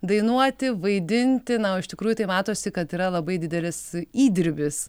dainuoti vaidinti na o iš tikrųjų tai matosi kad yra labai didelis įdirbis